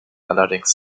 allerdings